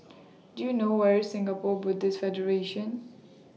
Do YOU know Where IS Singapore Buddhist Federation